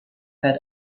have